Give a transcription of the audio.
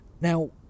Now